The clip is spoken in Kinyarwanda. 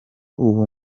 uwo